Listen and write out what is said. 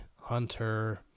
Hunter